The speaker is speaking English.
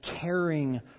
caring